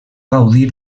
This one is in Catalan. gaudir